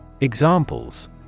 Examples